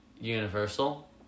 Universal